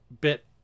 bit